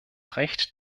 recht